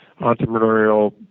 entrepreneurial